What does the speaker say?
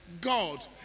God